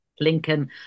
lincoln